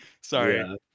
sorry